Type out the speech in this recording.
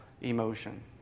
emotion